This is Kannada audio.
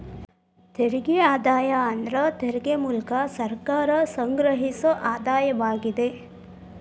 ತೆರಿಗೆ ಆದಾಯ ಅಂದ್ರ ತೆರಿಗೆ ಮೂಲ್ಕ ಸರ್ಕಾರ ಸಂಗ್ರಹಿಸೊ ಆದಾಯವಾಗಿದೆ